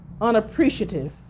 unappreciative